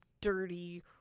dirty